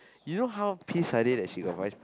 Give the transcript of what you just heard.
you know how pissed are they that she got vice